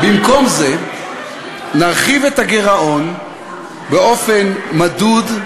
במקום זה נרחיב את הגירעון באופן מדוד,